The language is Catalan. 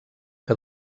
que